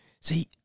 See